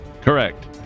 Correct